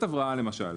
בתכנית הבראה למשל,